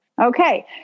Okay